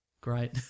great